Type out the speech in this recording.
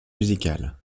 musicale